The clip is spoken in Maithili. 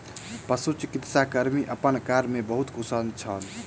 पशुचिकित्सा कर्मी अपन कार्य में बहुत कुशल छल